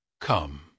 come